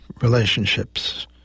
relationships